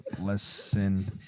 lesson